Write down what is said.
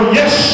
yes